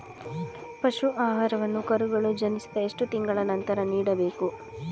ಪಶು ಆಹಾರವನ್ನು ಕರುಗಳು ಜನಿಸಿದ ಎಷ್ಟು ತಿಂಗಳ ನಂತರ ನೀಡಬೇಕು?